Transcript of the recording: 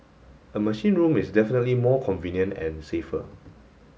a machine room is definitely more convenient and safer